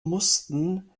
mussten